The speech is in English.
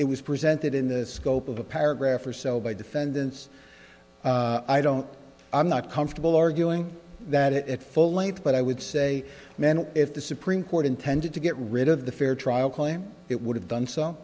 it was presented in the scope of a paragraph or so by defendants i don't i'm not comfortable arguing that it at full length but i would say men if the supreme court intended to get rid of the fair trial claim it would have done so